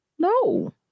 No